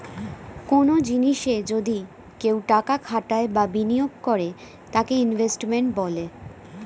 কনো জিনিসে যদি কেউ টাকা খাটায় বা বিনিয়োগ করে তাকে ইনভেস্টমেন্ট বলে